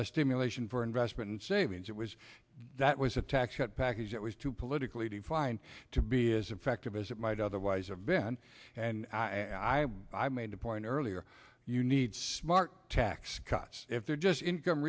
stimulation for investment and savings it was that was a tax cut package that was too politically defined to be as effective as it might otherwise have been and i i made a point earlier you need smart tax cuts if they're just income